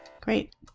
Great